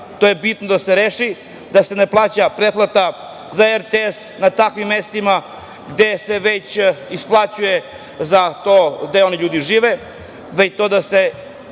to je bitno da se reši, da se ne plaća pretplata za RTS na takvim mestima gde se već isplaćuje za to gde oni ljudi žive i to da se